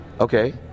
Okay